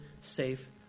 safe